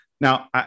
Now